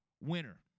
winner